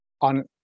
on